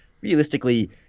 realistically